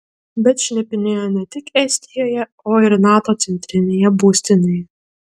bet šnipinėjo ne tik estijoje o ir nato centrinėje būstinėje